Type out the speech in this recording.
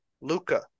Luca